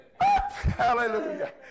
Hallelujah